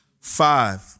Five